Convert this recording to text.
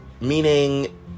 Meaning